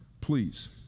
Please